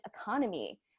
economy